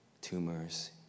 tumors